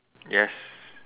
yes